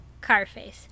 Carface